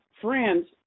friends